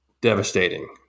devastating